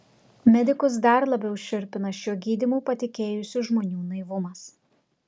medikus dar labiau šiurpina šiuo gydymu patikėjusių žmonių naivumas